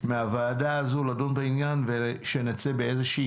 מהוועדה הזו לדון בעניין ושנצא באיזושהי